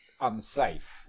unsafe